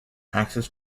access